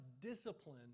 discipline